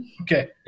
Okay